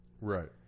Right